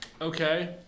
Okay